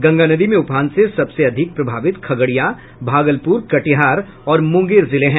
गंगा नदी में उफान से सबसे अधिक प्रभावित खगड़िया भागलपुर कटिहार और मुंगेर जिले हैं